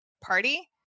party